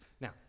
Now